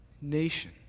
nation